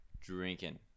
drinking